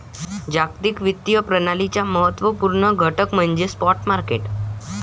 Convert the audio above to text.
जागतिक वित्तीय प्रणालीचा महत्त्व पूर्ण घटक म्हणजे स्पॉट मार्केट